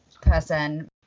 person